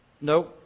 No